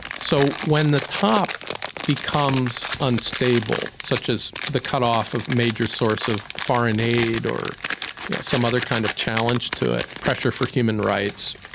so when the top becomes unstable, such as the cut-off a major source of foreign aid, or some other kind of challenge to it pressure for human rights,